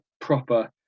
proper